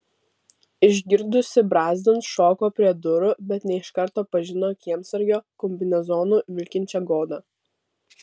išgirdusi brazdant šoko prie durų bet ne iš karto pažino kiemsargio kombinezonu vilkinčią godą